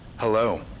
Hello